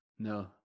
No